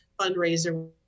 fundraiser